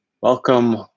Welcome